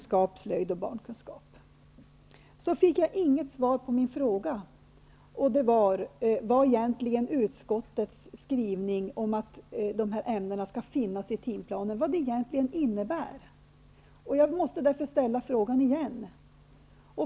Sedan fick jag inget svar på min fråga vad utskottets skrivning om att hemkunskap, slöjd och barnkunskap skall finnas i timplanen egentligen innebär. Jag måste därför ställa frågan igen.